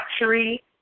luxury